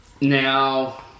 now